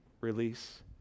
release